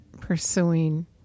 pursuing